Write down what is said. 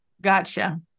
Gotcha